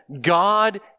God